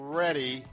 ready